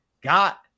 got